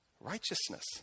Righteousness